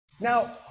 Now